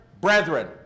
brethren